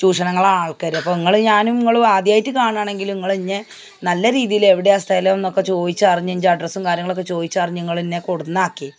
ചൂഷണങ്ങളാണ് ആൾക്കാർ അപ്പോൾ നിങ്ങൾ ഞാനും നിങ്ങളും ആദ്യമായിട്ട് കാണണമെങ്കിലും നിങ്ങൾ എന്നെ നല്ല രീതിയിൽ എവിടെയാണ് സ്ഥലം എന്നൊക്കെ ചോദിച്ചറിഞ്ഞ് എൻ്റെ അഡ്രസ്സും കാര്യങ്ങളുമൊക്കെ ചോദിച്ചറിഞ്ഞ് നിങ്ങൾ എന്നെ കൊടന്നാക്കി